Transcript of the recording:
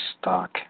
stock